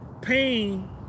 pain